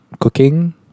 cooking